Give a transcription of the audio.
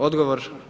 Odgovor?